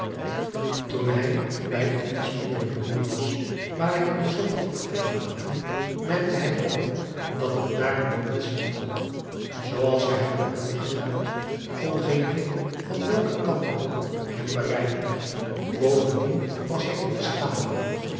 toen hij bij den inspringenden muur was waar hij cosette had achtergelaten merkte hij op dat hem dààr niemand zien kon zooals wij hebben aangeduid kon geen blik van welken kant ook hem bereiken bovendien was hij in de schaduw